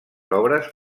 obres